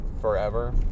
forever